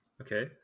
Okay